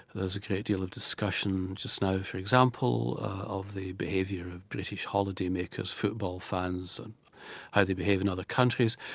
there's a great deal of discussion just now for example of the behaviour of british holidaymakers, football fans and how they behave in other countries,